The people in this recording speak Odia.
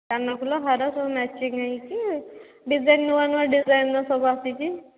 କାନଫୁଲ ହାର ସବୁ ମେଚିଙ୍ଗ୍ ହୋଇଛି ଡିଜାଇନ୍ ନୂଆ ନୂଆ ଡିଜାଇନ୍ର ସବୁ ଆସିଛି